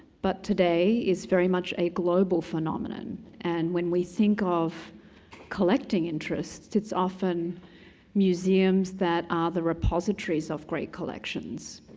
but today it's very much a global phenomenon and when we think of collecting interests it's often museums that are the repositories of great collections.